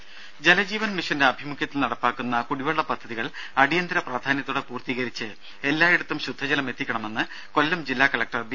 ദേദ ജലജീവൻ മിഷന്റെ ആഭിമുഖ്യത്തിൽ നടപ്പാക്കുന്ന കുടിവെള്ള പദ്ധതികൾ അടിയന്തര പ്രാധാന്യത്തോടെ പൂർത്തീകരിച്ച് എല്ലായിടത്തും ശുദ്ധജലം എത്തിക്കണമെന്ന് കൊല്ലം ജില്ലാ കലക്ടർ ബി